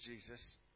Jesus